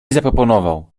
zaproponował